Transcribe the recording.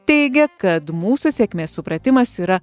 teigia kad mūsų sėkmės supratimas yra